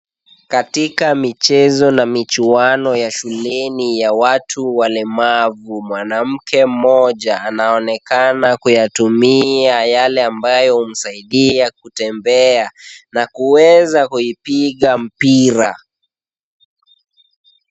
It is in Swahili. Katika michezo na michuano ya shuleni ya watu walemavu, mwanamke mmoja anaonekana kuyatumia yale ambayo humsaidia kutembea na kuweza kuipiga mpira.